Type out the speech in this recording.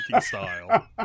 style